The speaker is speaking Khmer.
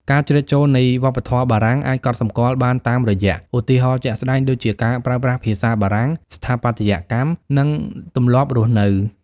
ការជ្រៀតចូលនៃវប្បធម៌បារាំងអាចកត់សម្គាល់បានតាមរយៈ ឧទាហរណ៍ជាក់ស្ដែង ដូចជា ការប្រើប្រាស់ភាសាបារាំង ស្ថាបត្យកម្ម និងទម្លាប់រស់នៅ។